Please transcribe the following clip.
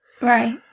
Right